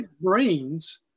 brains